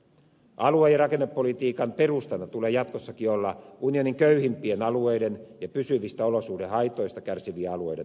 alue ja rakennepolitiikan perustana tulee jatkossakin olla unionin köyhimpien alueiden ja pysyvistä olosuhdehaitoista kärsivien alueiden tukeminen